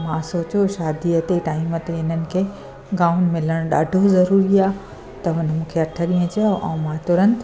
मां सोचियो शादीअ ते टाइम ते हिननि खे गाउन मिलणु ॾाढो ज़रूरी आहे त हुन मूंखे अठ ॾींहं चयो ऐं मां तुरंतु